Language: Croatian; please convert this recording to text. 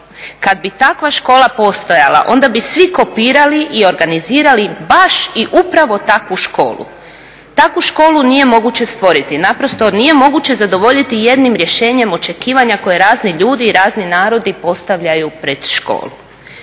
Kada bi takva škola postojala onda bi svi kopirali i organizirali baš i upravo takvu školu. Takvu školu nije moguće stvoriti, naprosto nije moguće zadovoljiti jednim rješenjem očekivanja koja razni ljudi i razni narodi postavljaju pred školu.